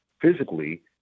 physically –